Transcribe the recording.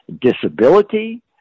disability